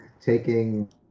taking